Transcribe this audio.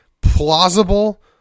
plausible